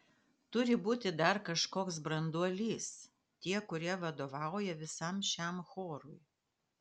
turi būti dar kažkoks branduolys tie kurie vadovauja visam šiam chorui